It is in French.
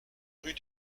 rue